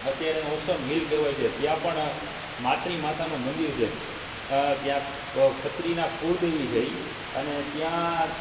અત્યારે એને ઓસમ હિલ કહેવાય છે ત્યાં પણ માત્રી માતાનું મંદિર છે ત્યાં ખત્રીનાં કુળદેવી છે એ અને ત્યાં